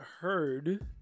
Heard